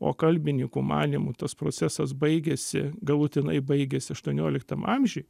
o kalbininkų manymu tas procesas baigėsi galutinai baigėsi aštuonioliktam amžiuj